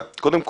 קודם כל,